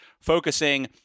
focusing